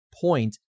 point